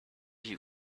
you